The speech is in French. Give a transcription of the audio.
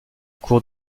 cours